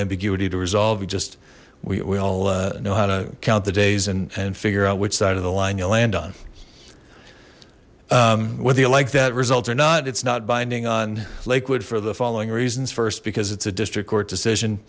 ambiguity to resolve you just we all know how to count the days and figure out which side of the line you land on whether you like that results or not it's not binding on lakewood for the following reasons first because it's a district court decision